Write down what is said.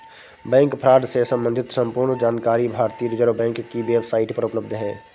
bank fraud से सम्बंधित संपूर्ण जानकारी भारतीय रिज़र्व बैंक की वेब साईट पर उपलब्ध है